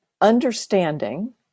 understanding